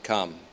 Come